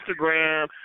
Instagram